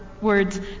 words